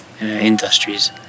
industries